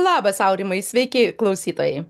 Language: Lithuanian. labas aurimai sveiki klausytojai